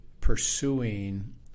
pursuing